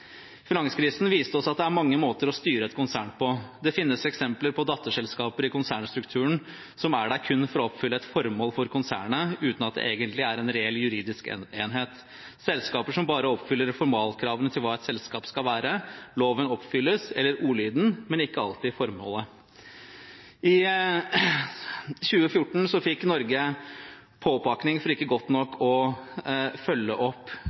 Finanskrisen viste oss at det er mange måter å styre et konsern på. Det finnes eksempler på datterselskaper i konsernstrukturen som er der kun for å oppfylle et formål for konsernet, uten at det egentlig er en reel juridisk enhet – selskaper som bare oppfyller formalkravene til hva et selskap skal være. Loven oppfylles etter ordlyden, men ikke alltid etter formålet. I 2014 fikk Norge påpakning for ikke godt nok å følge opp